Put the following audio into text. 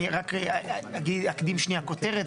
אני רק אקדים שנייה כותרת,